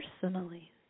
personally